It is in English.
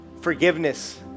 forgiveness